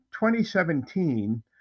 2017